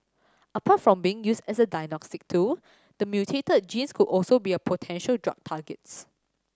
apart from being used as a diagnostic tool the mutated genes could also be potential drug targets